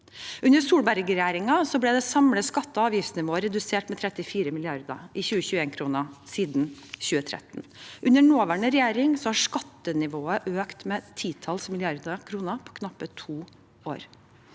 Under Solberg-regjeringen ble det samlede skatteog avgiftsnivået redusert med 34 mrd. 2021-kroner siden 2013. Under nåværende regjering har skattenivået økt med titalls milliarder kroner på knappe to år.